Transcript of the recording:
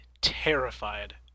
terrified